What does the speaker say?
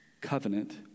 covenant